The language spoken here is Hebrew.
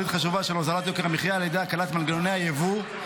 חשובה של הוזלת יוקר המחיה על ידי הקלת מנגנוני היבוא,